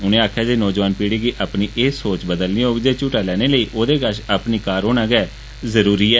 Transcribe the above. उनें आक्खेआ जे नौजोआन पीढ़ी गी अपनी एह सोच बदलनी होग जे झूहट्टा लैने लेई ओहदे कश अपनी कार होना जरूरी ऐ